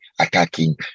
attacking